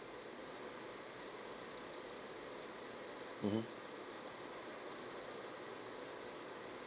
mmhmm